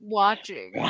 watching